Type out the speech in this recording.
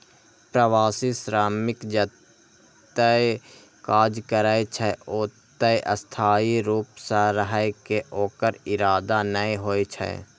प्रवासी श्रमिक जतय काज करै छै, ओतय स्थायी रूप सं रहै के ओकर इरादा नै होइ छै